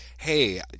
hey